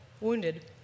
wounded